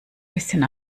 bisschen